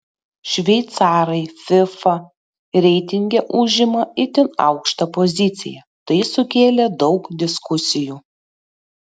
šveicarai fifa reitinge užima itin aukštą poziciją tai sukėlė daug diskusijų